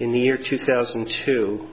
in the year two thousand and two